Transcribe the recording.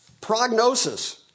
Prognosis